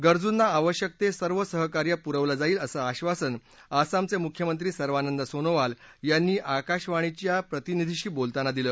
गरजुंना आवश्यक ते सहकार्य पुरवलं जाईल असं आबासन आसामचे मुख्यमंत्री सर्वानंद सोनोवाल यांनी आकाशवाणीच्या प्रतिनिधीशी बोलताना दिलं